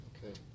Okay